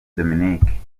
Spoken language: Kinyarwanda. dominique